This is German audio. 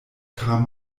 kam